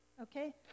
okay